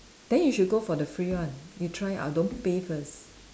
then you should go for the free one you try ah don't pay first